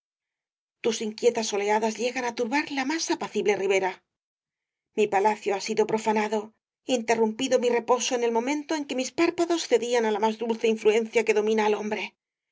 tus inquietas oleadas llegan á turbar la más apacible ribera mi palacio ha sido profanado interrumpido mi reposo en el momento en que mis párpados cedían á la más dulce influencia que domina al hombre